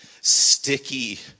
sticky